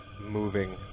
moving